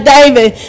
David